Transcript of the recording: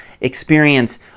experience